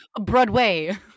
Broadway